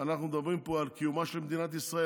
שאנחנו מדברים פה על קיומה של מדינת ישראל?